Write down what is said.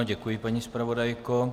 Děkuji, paní zpravodajko.